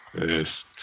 Yes